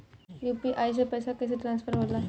UPI से पैसा कैसे ट्रांसफर होला?